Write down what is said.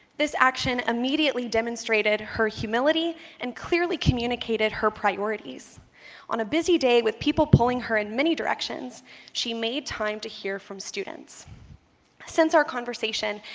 this action immediately demonstrated her humility and clearly communicated her priorities on a busy day with people pulling her in many directions she made time to hear from since our conversation,